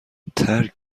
ترک